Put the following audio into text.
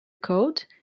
code